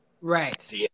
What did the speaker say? Right